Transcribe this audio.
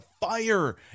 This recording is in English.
fire